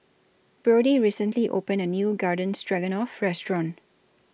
Brody recently opened A New Garden Stroganoff Restaurant